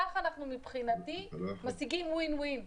כך אנחנו מבחינתי משיגים Win-Win.